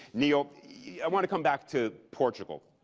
neal, i want to come back to portugal.